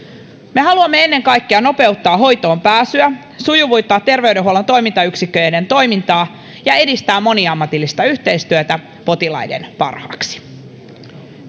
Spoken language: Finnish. me haluamme ennen kaikkea nopeuttaa hoitoonpääsyä sujuvoittaa terveydenhuollon toimintayksiköiden toimintaa ja edistää moniammatillista yhteistyötä potilaiden parhaaksi